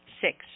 six